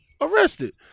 arrested